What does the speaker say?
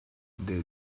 they